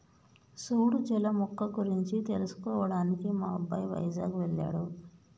సూడు జల మొక్క గురించి తెలుసుకోవడానికి మా అబ్బాయి వైజాగ్ వెళ్ళాడు